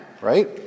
right